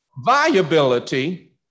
viability